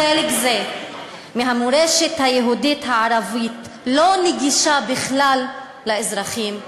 חלק זה מהמורשת היהודית הערבית לא נגיש בכלל לאזרחים היהודים,